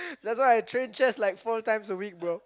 that's why I train chest like four times a week bro